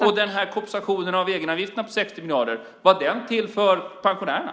Och kompensationen av egenavgifterna på 60 miljarder, var den till för pensionärerna?